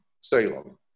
Salem